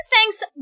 thanks